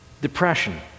Depression